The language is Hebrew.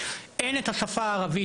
אין את השפה הערבית,